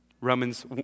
Romans